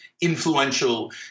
influential